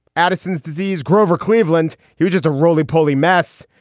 addison's disease, grover cleveland. he was just a roly poly mess.